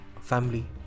family